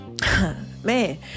man